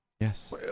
Yes